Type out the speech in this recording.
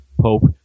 Pope